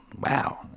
wow